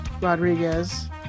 Rodriguez